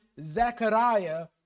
Zechariah